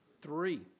three